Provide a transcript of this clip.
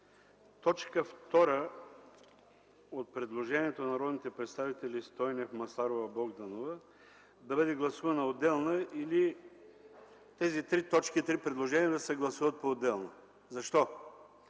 т. 2 от предложението на народните представители Стойнев, Масларова, Богданова да бъде гласувано отделно или тези три точки, три предложения да се гласуват поотделно. В